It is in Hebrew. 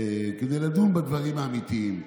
כדי לדון בדברים האמיתיים,